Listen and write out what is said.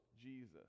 jesus